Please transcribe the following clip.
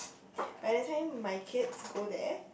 by the time my kids go there